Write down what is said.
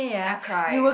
then I cry eh